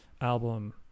album